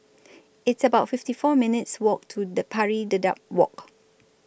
It's about fifty four minutes' Walk to Pari Dedap Walk